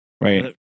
Right